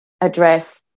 address